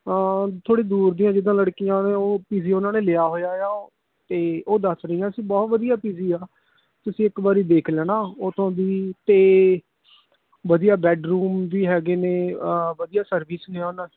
ਥੋੜ੍ਹੀ ਦੂਰ ਦੀਆਂ ਜਿੱਦਾਂ ਲੜਕੀਆਂ ਨੇ ਉਹ ਪੀ ਜੀ ਉਹਨਾਂ ਨੇ ਲਿਆ ਹੋਇਆ ਆ ਅਤੇ ਉਹ ਦੱਸ ਰਹੀਆਂ ਸੀ ਬਹੁਤ ਵਧੀਆ ਪੀ ਜੀ ਆ ਤੁਸੀਂ ਇੱਕ ਵਾਰ ਦੇਖ ਲੈਣਾ ਉਥੋਂ ਵੀ ਅਤੇ ਵਧੀਆ ਬੈਡਰੂਮ ਵੀ ਹੈਗੇ ਨੇ ਵਧੀਆ ਸਰਵਿਸ ਨੇ ਉਹਨਾਂ ਦੀ